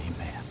Amen